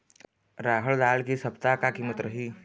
रहड़ दाल के इ सप्ता का कीमत रही?